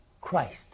Christ